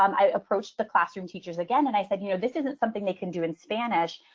um i approached the classroom teachers again and i said, you know, this isn't something they can do in spanish.